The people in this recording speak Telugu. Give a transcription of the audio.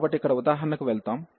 కాబట్టి ఇక్కడ ఉదాహరణకి వెళ్దాం